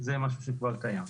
זה משהו שכבר קיים.